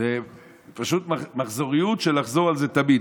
זו מחזוריות של לחזור על זה תמיד,